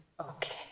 okay